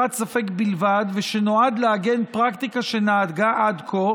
ספק בלבד ושנועד לעגן פרקטיקה שנהגה עד כה,